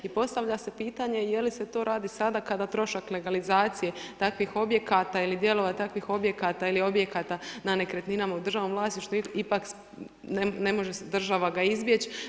I postavlja se pitanje je li se to radi sada kada trošak legalizacije takvih objekata ili dijelova takvih objekata ili objekata na nekretninama u državnom vlasništvu ipak ne može država ga izbjeći.